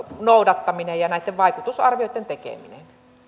noudattaminen ja näitten vaikutusarvioitten tekeminen